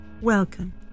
Welcome